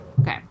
Okay